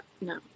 No